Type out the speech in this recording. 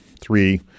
three